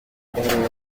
ejo